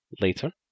later